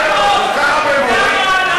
זה היה דיון בוועדת הכספים.